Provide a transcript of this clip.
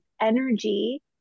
energy